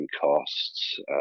costs